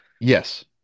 Yes